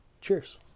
Cheers